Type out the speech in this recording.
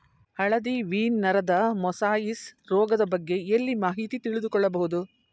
ಹಳದಿ ವೀನ್ ನರದ ಮೊಸಾಯಿಸ್ ರೋಗದ ಬಗ್ಗೆ ಎಲ್ಲಿ ಮಾಹಿತಿ ತಿಳಿದು ಕೊಳ್ಳಬಹುದು?